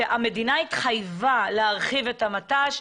שהמדינה התחייבה להרחיב את המט"ש,